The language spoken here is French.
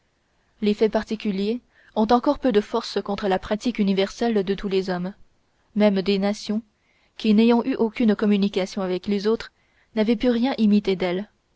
les faits particuliers ont encore peu de force contre la pratique universelle de tous les hommes même des nations qui n'ayant eu aucune communication avec les autres n'avaient pu rien imiter d'elles